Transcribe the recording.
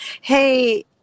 hey